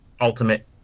ultimate